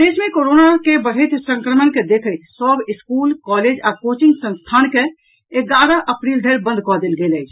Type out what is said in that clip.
प्रदेश मे कोरोना केँ बढैत संक्रमण के देखैत सभ स्कूल कॉलेज आ कोचिंग संस्थान के एगारह अप्रील धरि बंद कऽ देल गेल अछि